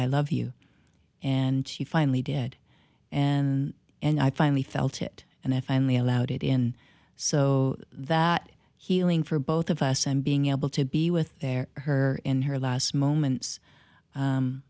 i love you and she finally did and and i finally felt it and i finally allowed it in so that he healing for both of us and being able to be with their her in her last moments